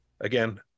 Again